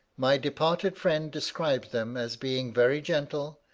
my departed friend described them as being very gentle,